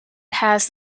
has